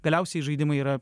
galiausiai žaidimai yra